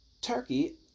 Turkey